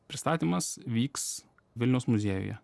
pristatymas vyks vilniaus muziejuje